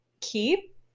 keep